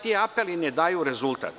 Ti apeli ne daju rezultat.